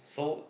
so